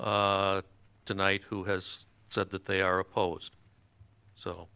tonight who has said that they are opposed so